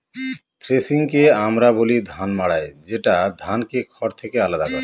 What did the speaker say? থ্রেশিংকে আমরা বলি ধান মাড়াই যেটা ধানকে খড় থেকে আলাদা করে